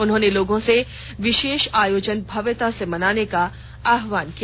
उन्होंने सब लोगों से यह विशेष आयोजन भव्यता से मनाने का आह्वान किया